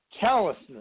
callousness